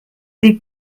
des